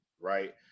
right